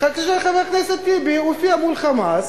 כאשר חבר הכנסת טיבי יופיע מול "חמאס"